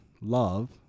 love